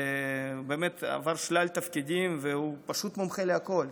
באמת, הוא עבר שלל תפקידים והוא פשוט מומחה לכול.